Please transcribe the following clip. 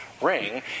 ring